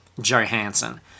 Johansson